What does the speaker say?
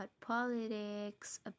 politics